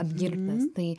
apgirtęs tai